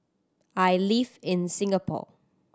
I live in Singapore